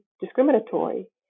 discriminatory